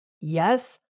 Yes